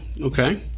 okay